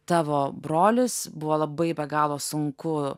tavo brolis buvo labai be galo sunku